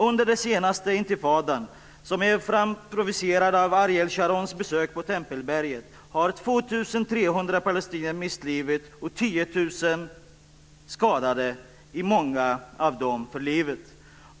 Under den senaste intifadan som är framprovocerad av Ariel Sharons besök på Tempelberget har 2 300 palestinier mist livet och 10 000 skadats, många för livet.